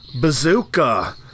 Bazooka